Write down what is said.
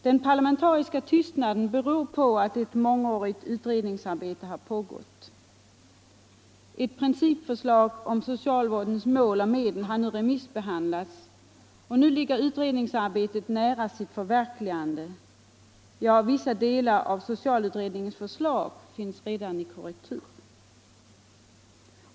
Den parlamentariska tystnaden beror på att utredningsarbete har pågått under många år. Ett principförslag om socialvårdens mål och medel har remissbehandlats och nu ligger utredningsarbetet nära sin avslutning — ja, vissa delar av socialutredningens förslag finns redan 1i korrektur.